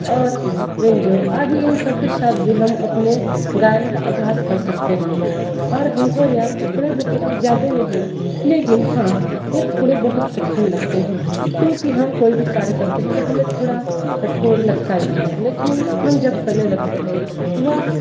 और विंजो आदि इन सबके साथ भी हम अपने गायन का अभ्यास कर सकते हैं और हमको यह थोड़े बहुत ज़्यादा नहीं लेकिन हाँ ये थोड़े बहुत कठिन लगते हैं क्योंकि हम कोई भी कार्य करते हैं तो हमें थोड़ा कठोर लगता ही है लेकिन हम जब करने लगते हैं तो वह